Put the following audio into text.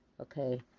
okay